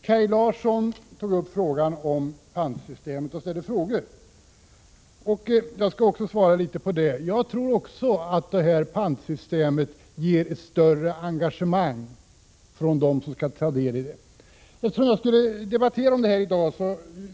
Kaj Larsson tog i sitt anförande upp frågan om ett pantsystem och ställde en del frågor som jag skall besvara. Även jag tror att ett pantsystem kommer att engagera dem som blir delaktiga i det.